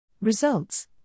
Results